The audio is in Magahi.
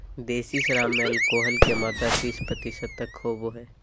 देसी शराब में एल्कोहल के मात्रा तीस प्रतिशत तक होबो हइ